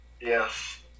Yes